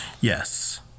Yes